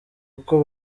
uko